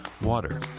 water